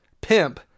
pimp